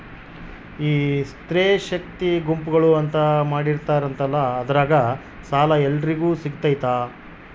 ಈ ಸ್ತ್ರೇ ಶಕ್ತಿ ಗುಂಪುಗಳು ಅಂತ ಮಾಡಿರ್ತಾರಂತಲ ಅದ್ರಾಗ ಸಾಲ ಎಲ್ಲರಿಗೂ ಸಿಗತೈತಾ?